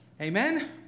Amen